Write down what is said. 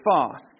fast